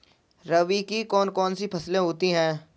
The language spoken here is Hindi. रबी की कौन कौन सी फसलें होती हैं?